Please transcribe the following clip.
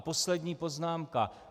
Poslední poznámka.